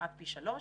כמעט פי שלוש.